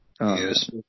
Yes